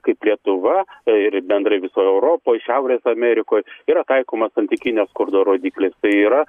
kaip lietuva ir bendrai visoj europoj šiaurės amerikoj yra taikoma santykinio skurdo rodikliai tai yra